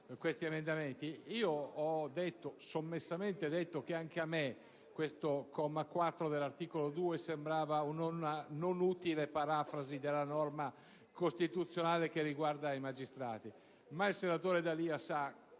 questi emendamenti. Ho sommessamente detto che anche a me il comma 4 dell'articolo 2 sembrava una non utile parafrasi della norma costituzionale che riguarda i magistrati. Ma il senatore D'Alia sa,